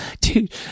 Dude